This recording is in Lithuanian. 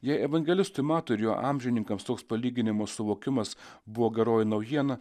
jei evangelistui matui ir jo amžininkams toks palyginimo suvokimas buvo geroji naujiena